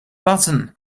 button